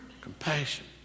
Compassion